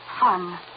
Fun